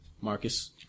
Marcus